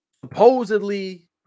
supposedly